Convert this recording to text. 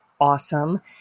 awesome